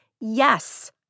yes